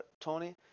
Tony